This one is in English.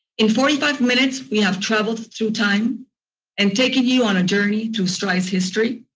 in forty five minutes we have traveled through time and taken you on a journey through stri's history,